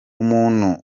umuntu